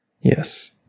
Yes